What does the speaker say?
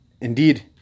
Indeed